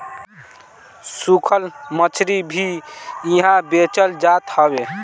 सुखल मछरी भी इहा बेचल जात हवे